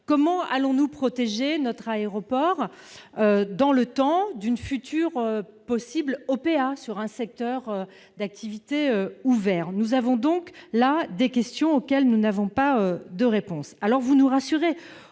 Comment allons-nous protéger notre aéroport dans le temps d'une future possible OPA sur un secteur d'activité ouvert ? Nous avons donc là des questions auxquelles nous n'avons pas de réponse. Alors, vous nous rassurez,